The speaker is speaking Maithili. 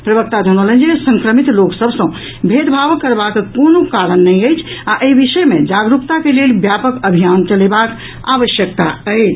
प्रवक्ता जनौलनि जे संक्रमित लोक सभ सँ भेदभाव करबाक कोनो कारण नहि अछि आ एहि विषय मे जागरूकता के लेल व्यापक अभियान चलेबाक आवश्यकता अछि